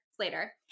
later